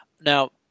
Now